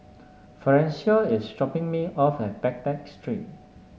Florencio is dropping me off at Baghdad Street